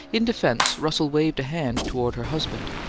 in defense russell waved a hand toward her husband.